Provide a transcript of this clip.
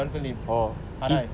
jonathan lim R_I